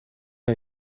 hij